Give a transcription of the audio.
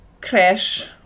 crash